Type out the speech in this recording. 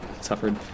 suffered